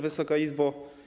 Wysoka Izbo!